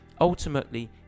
ultimately